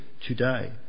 today